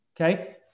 okay